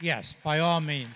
yes by all means